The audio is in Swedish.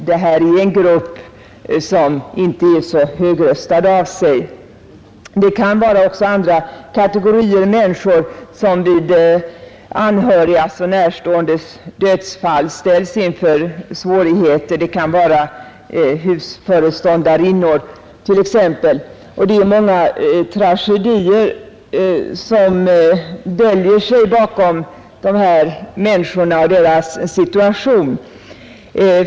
Det kan också vara andra kategorier av människor som vid anhörigas och närståendes dödsfall ställs inför svårigheter. Det kan vara husföreståndarinnor till exempel. Det är många tragedier som döljer sig bakom de här människorna och deras situation.